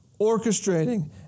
orchestrating